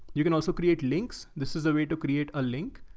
you can also create links. this is a way to create a link.